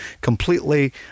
completely